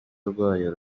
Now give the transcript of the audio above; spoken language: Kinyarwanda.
rwayo